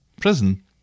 prison